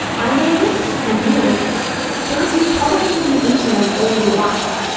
i know this and you know this because you've probably been eating them all your life.